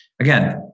Again